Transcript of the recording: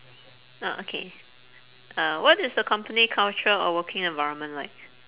orh okay uh what is the company culture or working environment like